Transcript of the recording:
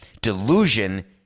Delusion